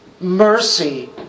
mercy